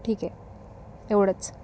ठीक आहे एवढंच